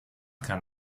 kann